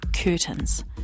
curtains